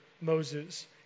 Moses